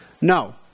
No